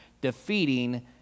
defeating